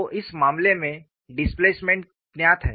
तो इस मामले में डिस्प्लेसमेंट ज्ञात है